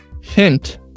Hint